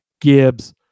Gibbs